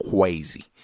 crazy